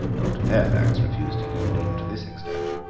doctor fairfax, refused to yield even to this extent.